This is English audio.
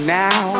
now